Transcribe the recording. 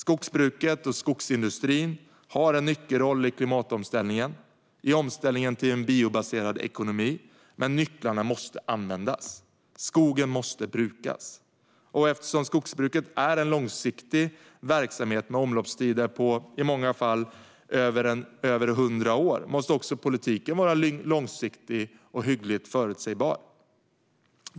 Skogsbruket och skogsindustrin har en nyckelroll i klimatomställningen och i omställningen till en biobaserad ekonomi. Men nycklarna måste användas. Skogen måste brukas. Och eftersom skogsbruk är en långsiktig verksamhet med omloppstider på i många fall över 100 år måste också politiken vara långsiktig och hyggligt förutsägbar.